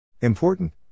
Important